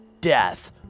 death